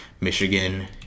Michigan